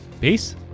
peace